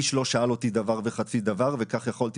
איש לא שאל אותי דבר וחצי דבר וכך יכולתי